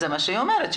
זה מה שהיא אומרת,